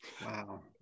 Wow